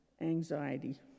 anxiety